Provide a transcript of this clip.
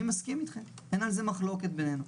אני מסכים אתכם, אין על זה מחלוקת בינינו.